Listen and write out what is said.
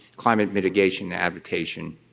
climate mitigation and adaptation,